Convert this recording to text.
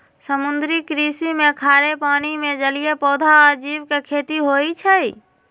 समुद्री कृषि में खारे पानी में जलीय पौधा आ जीव के खेती होई छई